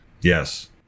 Yes